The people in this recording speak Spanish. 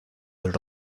del